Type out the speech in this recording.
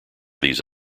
these